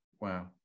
wow